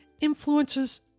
influences